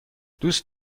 دوست